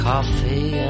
Coffee